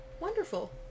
wonderful